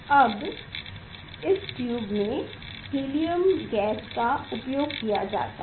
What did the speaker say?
अब इस ट्यूब में हीलियम गैस का उपयोग किया जाता है